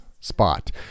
spot